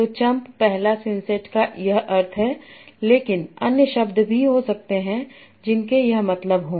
तो चंप पहला सिंसेट का यह अर्थ है लेकिन अन्य शब्द भी हो सकते हैं जिनके यह मतलब हो